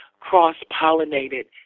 cross-pollinated